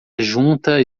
junta